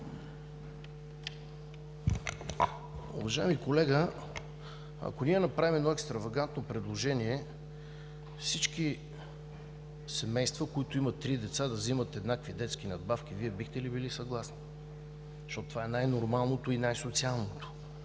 Уважаеми колега, ако ние направим едно екстравагантно предложение – всички семейства, които имат три деца, да взимат еднакви детски надбавки, Вие бихте ли били съгласни? Това е най-нормалното и най-социалното,